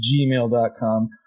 gmail.com